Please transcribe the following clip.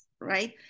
right